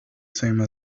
same